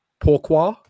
Pourquoi